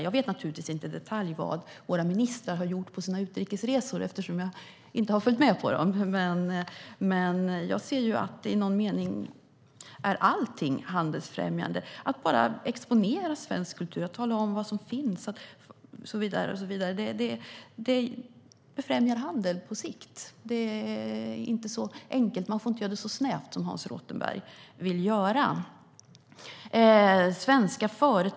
Jag vet naturligtvis inte i detalj vad våra ministrar har gjort på sina utrikesresor, eftersom jag inte har följt med på dem, men i någon mening är allt handelsfrämjande. Att bara exponera svensk kultur, tala om vad som finns och så vidare befrämjar handel på sikt. Man får inte göra det så snävt som Hans Rothenberg vill.